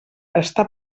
està